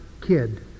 kid